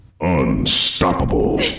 Unstoppable